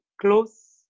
close